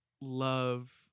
love